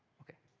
okay.